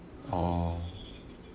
orh